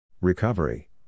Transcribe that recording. Recovery